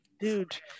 Dude